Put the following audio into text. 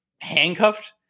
handcuffed